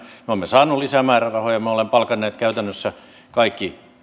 olemme saaneet lisämäärärahoja me olemme palkanneet käytännössä kaikki